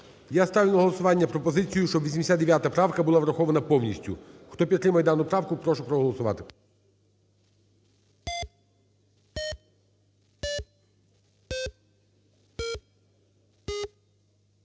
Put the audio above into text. Я ставлю на голосування пропозицію, щоб 89 правка була врахована повністю. Хто підтримує дану правку, прошу проголосувати.